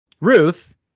Ruth